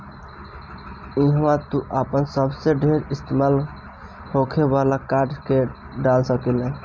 इहवा तू आपन सबसे ढेर इस्तेमाल होखे वाला कार्ड के डाल सकेल